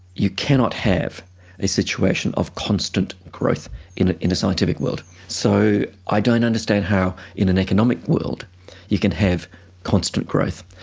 you cannot have a situation of constant growth in in a scientific world. so i don't understand in an economic world you can have constant growth.